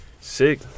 sick